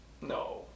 No